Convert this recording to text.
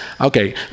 Okay